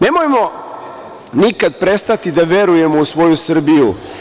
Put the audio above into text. Nemojmo nikada prestati da verujemo u svoju Srbiju.